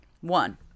One